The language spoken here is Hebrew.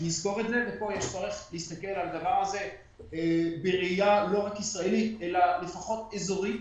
פה יש צורך להסתכל על הדבר הזה בראייה לא רק ישראלית אלא לפחות אזורית,